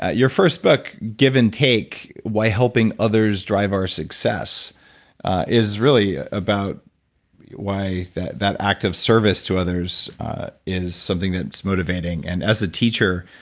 ah your first book, give and take, why helping others drive our success is really about why that that act of service to others is something that's motivating and as a teacher,